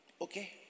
Okay